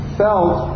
felt